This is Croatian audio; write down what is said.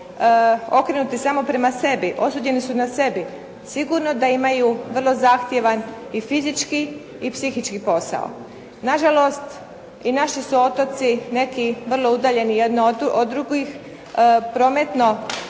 okrenuti samo prema sebi, osuđeni su na sebi. Sigurno da imaju vrlo zahtjevan i fizički i psihički posao. Na žalost i naši su otoci neki vrlo udaljeni jedno od drugih, prometno